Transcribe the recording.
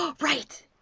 Right